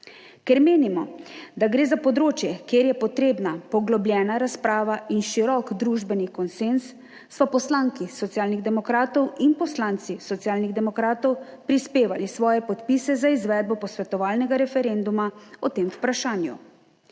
Ker menimo, da gre za področje, kjer je potrebna poglobljena razprava in širok družbeni konsenz, smo poslanki Socialnih demokratov in poslanci Socialnih demokratov prispevali svoje podpise za izvedbo posvetovalnega referenduma o tem vprašanju.